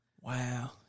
Wow